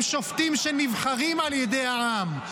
הם שופטים שנבחרים על ידי העם.